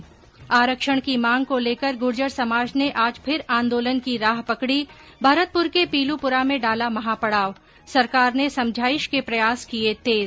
् आरक्षण की मांग को लेकर गुर्जर समाज ने आज फिर आंदोलन की राह पकड़ी भरतपुर के पीलूपुरा में डाला महापड़ाव सरकार ने समझाइश के प्रयास किये तेज